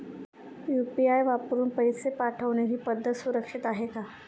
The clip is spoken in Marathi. यु.पी.आय वापरून पैसे पाठवणे ही पद्धत सुरक्षित आहे का?